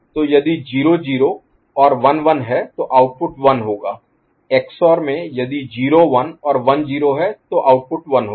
तो यदि 0 0 और 1 1 है तो आउटपुट 1 होगा XOR में यदि 0 1 और 1 0 है तो आउटपुट 1 होगा